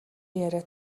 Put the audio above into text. яриа